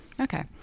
Okay